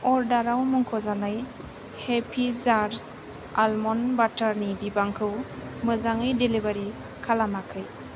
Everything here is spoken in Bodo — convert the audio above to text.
अर्डाराव मुंख'जानाय हेपि जार्ज आलमन्ड बाटारनि बिबांखौ मोजाङै डेलिभारि खालामाखै